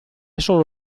solo